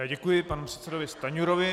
Děkuji panu předsedovi Stanjurovi.